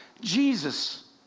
Jesus